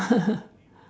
ah